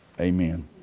amen